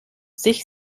sich